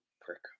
Prick